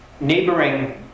Neighboring